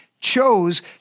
chose